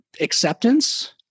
acceptance